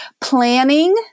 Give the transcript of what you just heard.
Planning